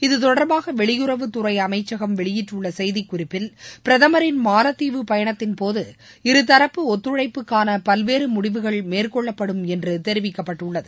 இது தொடர்பாக வெளியுறவுத்துறை அமைச்சகம் வெளியிட்டுள்ள செய்திக்குறிப்பில் பிரதமரின் மாலத்தீவு பயணத்தின்போது இருரப்பு ஒத்துழைப்புக்கான பல்வேறு முடிவுகள் மேற்கொள்ளப்படும் என்று தெரிவிக்கப்பட்டுள்ளது